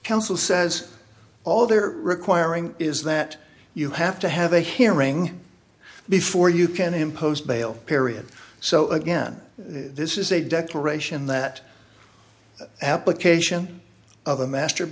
counsel says all they're requiring is that you have to have a hearing before you can impose bail period so again this is a declaration that application of a master